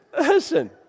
listen